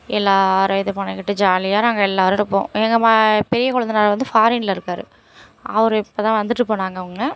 எல்லோரும் இது பண்ணிக்கிட்டு ஜாலியாக நாங்கள் எல்லோரும் இருப்போம் எங்கள் மா பெரிய கொழுந்தனாரு வந்து ஃபாரினில் இருக்கார் அவர் இப்போ தான் வந்துவிட்டு போனாங்க அவங்க